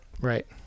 Right